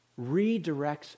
redirects